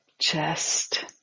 chest